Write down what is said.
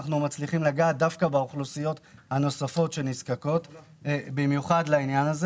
אנחנו מצליחים לגעת באוכלוסיות הנזקקות הנוספות.